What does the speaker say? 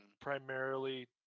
primarily